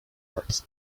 earth